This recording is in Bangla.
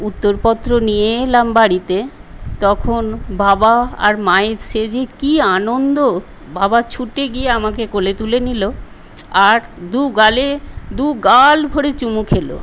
উত্তরপত্র নিয়ে এলাম বাড়িতে তখন বাবা আর মায়ের সে যে কি আনন্দ বাবা ছুটে গিয়ে আমাকে কোলে তুলে নিল আর দু গালে দু গাল ভরে চুমু খেল